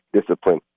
discipline